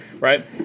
Right